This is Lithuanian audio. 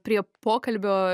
prie pokalbio